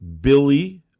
Billy